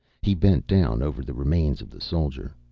he bent down over the remains of the soldier.